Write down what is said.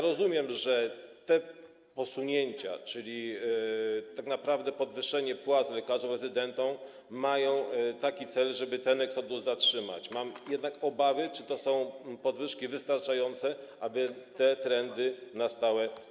Rozumiem, że te posunięcia, czyli tak naprawdę podwyższenie płac lekarzom rezydentom, mają taki cel, żeby ten exodus zatrzymać, mam jednak obawy, czy to są podwyżki wystarczające, aby te trendy zmienić na stałe.